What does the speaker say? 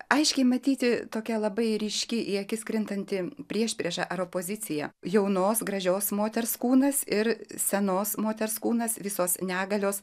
aiškiai matyti tokia labai ryški į akis krintanti priešprieša ar opozicija jaunos gražios moters kūnas ir senos moters kūnas visos negalios